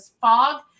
fog